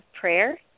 Prayer